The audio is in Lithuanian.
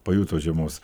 pajuto žiemos